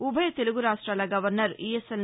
ఉభయ తెలుగు రాష్ట్లాల governor ESL